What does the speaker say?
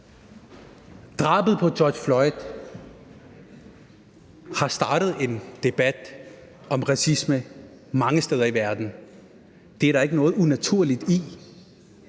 Drabet på George Floyd har startet en debat om racisme mange steder i verden. Det er der ikke noget unaturligt i.